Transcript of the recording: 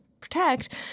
protect